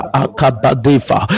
akabadefa